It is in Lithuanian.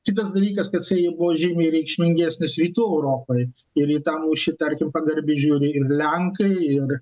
kitas dalykas kad jisai buvo žymiai reikšmingesnis rytų europai ir į tą mūšį tarkim pagarbiai žiūri ir lenkai ir